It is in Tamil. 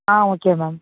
ah okay ma'am